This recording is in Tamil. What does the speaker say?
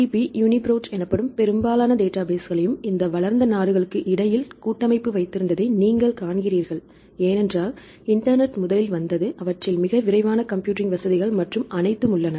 PDB யூனிப்ரோட் எனப்படும் பெரும்பாலான டேட்டாபேஸ்களையும் இந்த வளர்ந்த நாடுகளுக்கு இடையில் கூட்டமைப்பு வைத்திருப்பதை நீங்கள் காண்கிறீர்கள் ஏனென்றால் இன்டர்நெட் முதலில் வந்தது அவற்றில் மிக விரைவான கம்ப்யூட்டிங் வசதிகள் மற்றும் அனைத்தும் உள்ளன